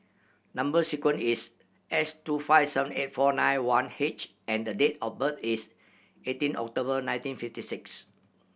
number sequence is S two five seven eight four nine one H and the date of birth is eighteen October nineteen fifty six